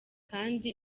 kandi